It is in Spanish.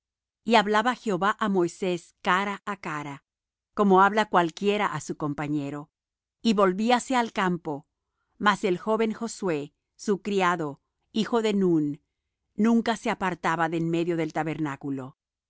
y hablaba jehová á moisés cara á cara como habla cualquiera á su compañero y volvíase al campo mas el joven josué su criado hijo de nun nunca se apartaba de en medio del tabernáculo